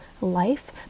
life